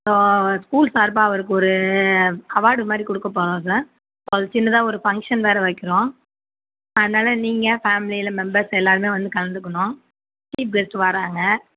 so school சார்பாக அவருக்கு ஒரு அவார்டு மாதிரி கொடுக்கப் போகிறோம் சார் அவருக்கு சின்னதாக ஒரு பங்க்ஷன் வேறு வைக்கிறோம் அதனால நீங்கள் பேமிலியில மெம்பர்ஸ் எல்லாருமே வந்து கலந்துக்கணும் சீஃப் கெஸ்ட்டு வாராங்க